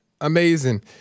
Amazing